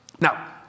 Now